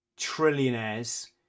trillionaires